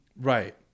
Right